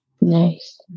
nice